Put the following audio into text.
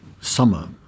summer